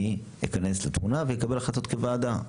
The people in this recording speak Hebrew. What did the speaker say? אני אכנס לתמונה ואקבל החלטות כוועדה.